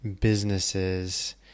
businesses